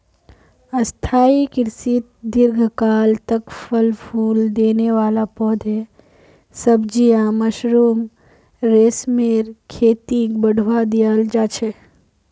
स्थाई कृषित दीर्घकाल तक फल फूल देने वाला पौधे, सब्जियां, मशरूम, रेशमेर खेतीक बढ़ावा दियाल जा छे